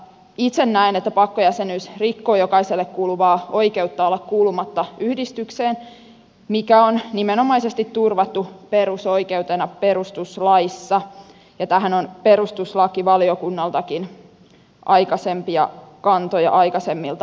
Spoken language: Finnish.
itse näen että pakkojäsenyys rikkoo jokaiselle kuuluvaa oikeutta olla kuulumatta yhdistykseen mikä on nimenomaisesti turvattu perusoikeutena perustuslaissa ja tähän on perustuslakivaliokunnaltakin aikaisempia kantoja aikaisemmilta vuosilta